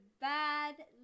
Bad